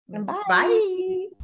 Bye